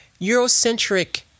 Eurocentric